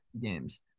games